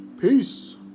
Peace